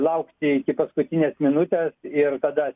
laukti paskutinės minutės ir tada